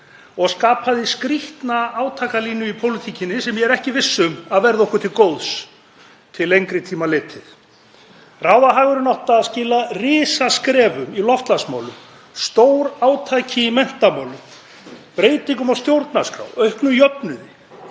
og skapaði skrýtna átakalínu í pólitíkinni sem ég er ekki viss um að verði okkur til góðs til lengri tíma litið. Ráðahagurinn átti að skila risaskrefum í loftslagsmálum, stórátaki í menntamálum, breytingum á stjórnarskrá, auknum jöfnuði,